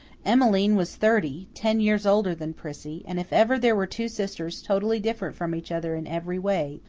emmeline was thirty, ten years older than prissy, and if ever there were two sisters totally different from each other in every way,